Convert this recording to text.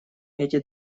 эти